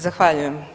Zahvaljujem.